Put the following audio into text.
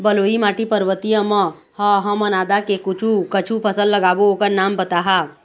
बलुई माटी पर्वतीय म ह हमन आदा के कुछू कछु फसल लगाबो ओकर नाम बताहा?